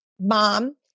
mom